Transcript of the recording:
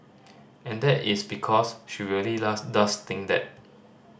and that is because she really does think that